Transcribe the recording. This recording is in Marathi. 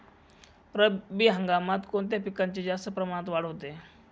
रब्बी हंगामात कोणत्या पिकांची जास्त प्रमाणात वाढ होते?